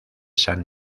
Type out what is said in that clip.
san